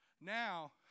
now